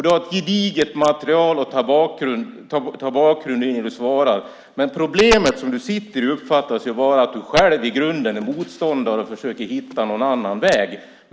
Du har ett gediget material som bakgrund när du svarar. Det problem du har är att du själv i grunden är motståndare och försöker hitta en annan väg.